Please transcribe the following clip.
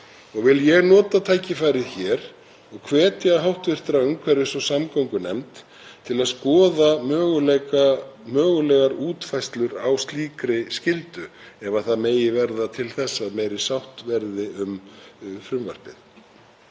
lög. Vil ég nota tækifærið hér og hvetja hv. umhverfis- og samgöngunefnd til að skoða mögulegar útfærslur á slíkri skyldu ef það megi verða til þess að meiri sátt verði um frumvarpið.